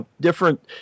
different